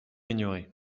ignorée